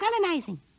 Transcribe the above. colonizing